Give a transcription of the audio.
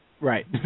Right